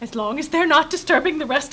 as long as they're not disturbing the rest